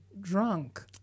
drunk